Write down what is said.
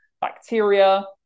bacteria